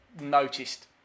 noticed